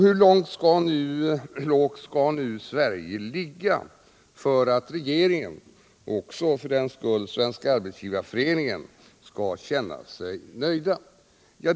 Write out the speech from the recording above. Hur lågt skall Sverige ligga för att regeringen, och för den delen också Svenska arbetsgivareföreningen skall känna sig nöjd?